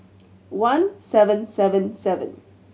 one seven seven seven